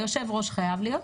היושב-ראש חייב להיות.